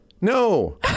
No